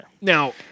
Now